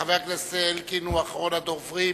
חבר הכנסת זאב אלקין הוא אחרון הדוברים.